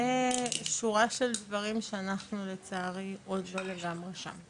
ושורה של דברים שאנחנו לצערי עוד לא לגמרי שם.